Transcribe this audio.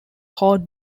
haut